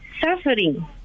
suffering